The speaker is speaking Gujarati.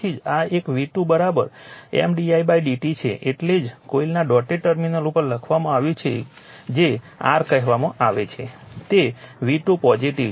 તેથી જ આ એક V2 M di dt છે એટલે જ કોઇલના ડોટેડ ટર્મિનલ ઉપર લખવામાં આવ્યું છે જે r કહેવામાં આવે છે તે V2 પોઝિટીવ છે